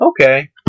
Okay